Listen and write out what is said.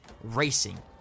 racing